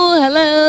hello